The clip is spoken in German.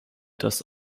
das